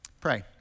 Pray